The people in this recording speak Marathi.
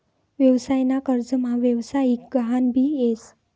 व्यवसाय ना कर्जमा व्यवसायिक गहान भी येस